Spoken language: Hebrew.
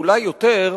ואולי יותר,